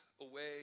away